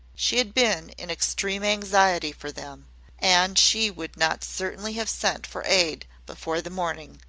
she had been in extreme anxiety for them and she would not certainly have sent for aid before the morning.